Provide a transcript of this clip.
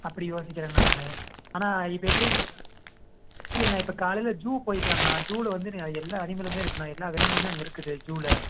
அப்படி யோசிக்கிறேங்கண்ணா நான் ஆனால் இப்போ எப்படி இல்லைங்கண்ணா இப்போ காலையில் ஜூ போயிக்கலாங்கண்ணா ஜூவில வந்து எல்லா அனிமலுமே இருக்குண்ணா எல்லா விலங்குமே அங்கே இருக்குது ஜூவில